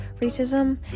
racism